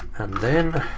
and then.